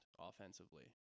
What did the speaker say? offensively